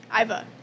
Iva